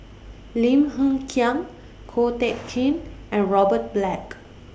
Lim Hng Kiang Ko Teck Kin and Robert Black